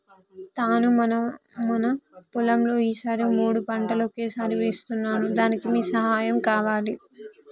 నాను మన పొలంలో ఈ సారి మూడు పంటలు ఒకేసారి వేస్తున్నాను దానికి మీ సహాయం కావాలి